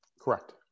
Correct